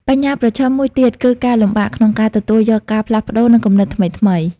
បញ្ហាប្រឈមមួយទៀត គឺការលំបាកក្នុងការទទួលយកការផ្លាស់ប្ដូរ និងគំនិតថ្មីៗ។